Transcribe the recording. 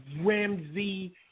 Ramsey